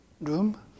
Room